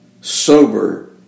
sober